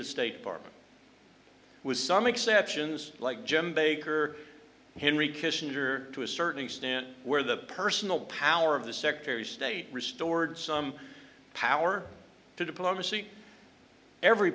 the state department with some exceptions like jim baker henry kissinger to a certain extent where the personal power of the secretary of state restored some power to diplomacy every